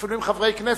אפילו עם חברי כנסת.